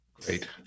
Great